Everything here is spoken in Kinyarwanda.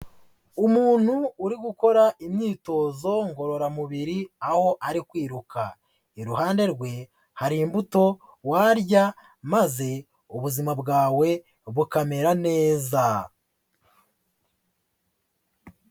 Umuntu uri gukora imyitozo ngororamubiri aho ari kwiruka, iruhande rwe hari imbuto warya maze ubuzima bwawe bukamera neza.